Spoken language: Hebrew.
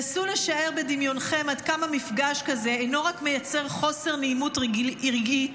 נסו לשער בדמיונכם עד כמה מפגש כזה לא רק מייצר חוסר נעימות רגעית,